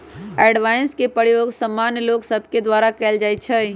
avoidance के प्रयोग सामान्य लोग सभके द्वारा कयल जाइ छइ